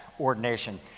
ordination